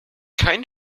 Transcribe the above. keinen